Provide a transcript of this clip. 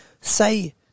Say